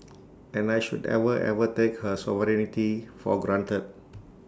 and I should ever ever take her sovereignty for granted